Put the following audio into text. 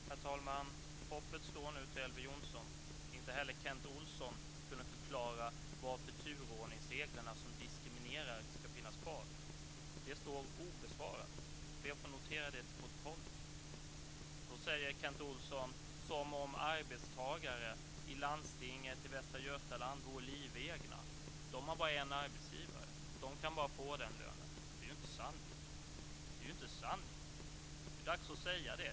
Herr talman! Hoppet står nu till Elver Jonsson. Inte heller Kent Olsson kunde förklara varför turordningsreglerna, som diskriminerar, ska finnas kvar. Den frågan är obesvarad. Jag ber att få det noterat i protokollet. Kent Olsson talar som om arbetstagare i landstinget i Västra Götaland vore livegna. De har bara en arbetsgivare. De kan bara få den lön de har. Det är inte sant. Det är dags att säga det.